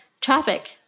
traffic